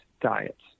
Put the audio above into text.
diets